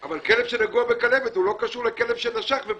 אבל כלב שנגוע בכלבת לא קשור לכלב שנשך ובודקים.